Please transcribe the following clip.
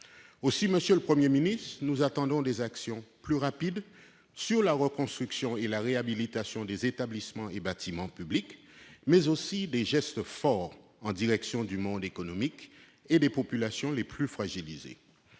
Aussi, monsieur le Premier ministre, nous attendons non seulement des actions plus rapides sur la reconstruction et la réhabilitation des établissements et bâtiments publics, mais aussi des gestes forts en direction du monde économique et des populations les plus fragilisées.